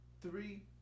three